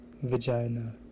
Vagina